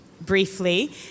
briefly